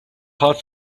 hard